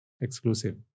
Exclusive